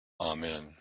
Amen